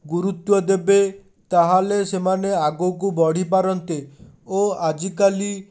ଗୁରୁତ୍ୱ ଦେବେ ତା'ହେଲେ ସେମେନ ଆଗକୁ ବଢ଼ିପାରନ୍ତେ ଓ ଆଜିକାଲି